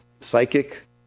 psychic